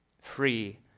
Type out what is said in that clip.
Free